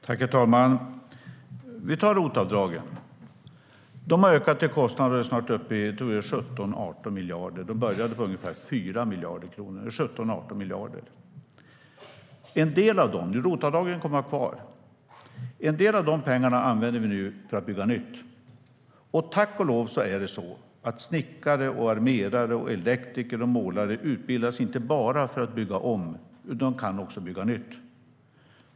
Herr talman! Vi tar ROT-avdragen som exempel. De har ökat. Kostnaderna är snart uppe i 17-18 miljarder. De började på ungefär 4 miljarder kronor. ROT-avdragen kommer vi att ha kvar. En del av de pengarna använder vi nu för att bygga nytt. Tack och lov utbildas snickare, armerare, elektriker och målare inte bara för att bygga om, utan de kan också bygga nytt.